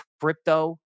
crypto